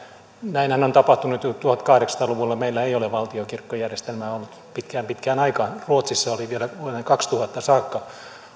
näinhän on tapahtunut jo tuhatkahdeksansataa luvulla meillä ei ole valtionkirkkojärjestelmää ollut pitkään pitkään aikaan ruotsissa oli vielä vuoteen kaksituhatta saakka on